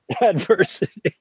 Adversity